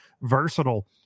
versatile